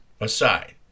aside